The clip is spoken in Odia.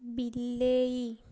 ବିଲେଇ